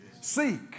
Seek